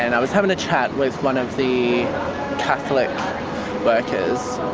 and i was having a chat with one of the catholic workers